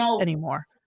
anymore